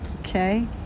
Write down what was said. okay